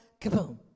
kaboom